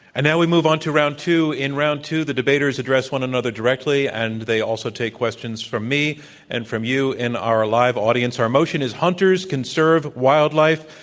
and now we move on to round two. in round two, the debaters address one another directly, and they also take questions from me and from you in our live audience. our motion is hunters conserve wildlife.